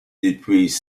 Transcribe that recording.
depuis